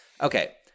Okay